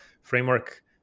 framework